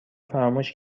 فراموش